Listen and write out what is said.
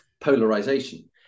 polarization